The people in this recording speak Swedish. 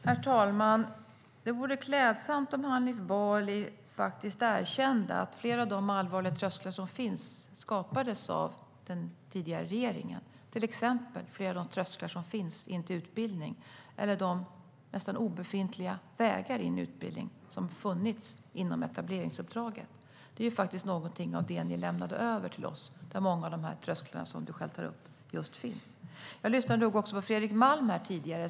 Herr talman! Det vore klädsamt om Hanif Bali faktiskt erkände att flera av de allvarliga trösklar som finns skapades av den tidigare regeringen, till exempel flera av trösklarna in till utbildning eller de nästan obefintliga vägar in i utbildning som funnits inom etableringsuppdraget. Detta är något ni lämnade över till oss. Jag lyssnade också på Fredrik Malm här tidigare.